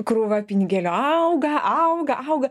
krūva pinigėlių auga auga auga